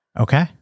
Okay